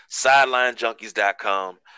SidelineJunkies.com